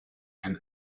and